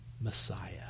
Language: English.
Messiah